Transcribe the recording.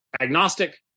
agnostic